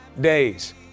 days